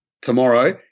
tomorrow –